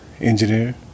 engineer